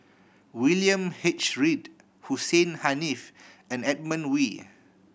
William H Read Hussein Haniff and Edmund Wee